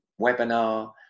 webinar